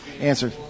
answer